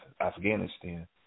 Afghanistan